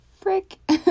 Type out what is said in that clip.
frick